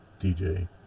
DJ